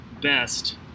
best